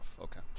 Okay